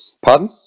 Pardon